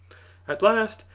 at last,